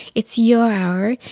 it's your hour,